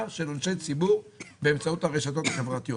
של אנשי ציבור באמצעות הרשתות החברתיות.